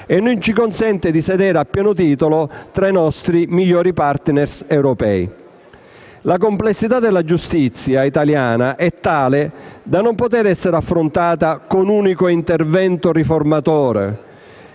e non ci consente di sedere a pieno titolo tra i nostri migliori *partner* europei. La complessità della giustizia italiana è tale da non poter essere affrontata con un unico intervento riformatore,